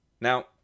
Now